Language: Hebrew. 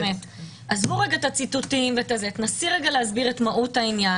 עזבו רגע את הציטוטים תנסי רגע להסביר את מהות העניין.